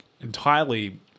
entirely